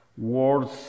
Words